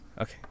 Okay